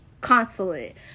consulate